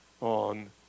on